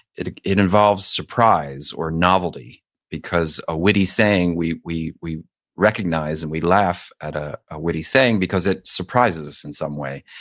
it it involves surprise or novelty because a witty saying, we we recognize and we laugh at ah a witty saying because it surprises us in some way.